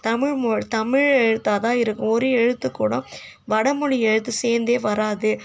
தமிழ் தமிழ் எழுத்தாக தான் இருக்கும் ஒரு எழுத்து கூட வடமொழி எழுத்து சேர்ந்தே வராது